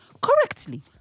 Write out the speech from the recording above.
correctly